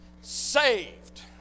saved